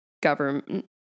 government